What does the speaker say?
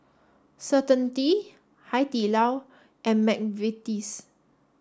certainty Hai Di Lao and McVitie's